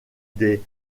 des